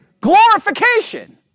glorification